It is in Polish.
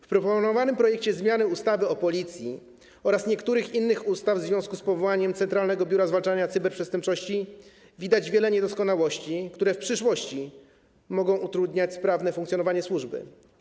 W proponowanym projekcie zmiany ustawy o Policji oraz niektórych innych ustaw w związku z powołaniem Centralnego Biura Zwalczania Cyberprzestępczości widać wiele niedoskonałości, które w przyszłości mogą utrudniać sprawne funkcjonowanie służby.